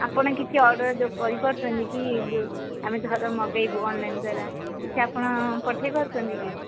ଆପଣ କିଛି ଅର୍ଡ଼ର ଯେଉଁ କରିପାରୁଛନ୍ତି କି ଯେଉଁ ଆମେ ଧର ମଗେଇବୁ ଅନଲାଇନ୍ ଦ୍ୱାରା କିଛି ଆପଣ ପଠେଇ ପାରୁଛନ୍ତି କି